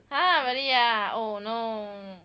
!huh! really ah oh no